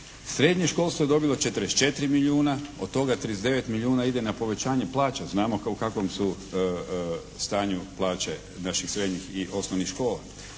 Srednje školstvo je dobilo 44 milijuna, od toga 39 milijuna ide na povećanje plaća, znamo u kakvom su stanju plaće naših srednjih i osnovnih škola.